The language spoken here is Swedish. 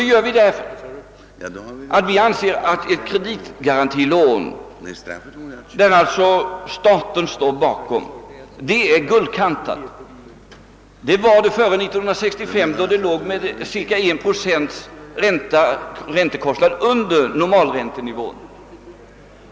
Det gör vi därför att vi anser att ett kreditgarantilån, där alltså staten står bakom, är guldkantat. Det var det före år 1965 då det låg med cirka en procents räntekostnad under normalräntenivån.